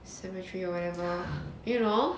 cemetery or whatever you know